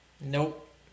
Nope